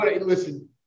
Listen